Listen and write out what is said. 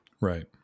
Right